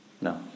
No